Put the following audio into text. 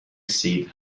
seed